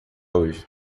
hoje